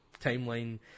timeline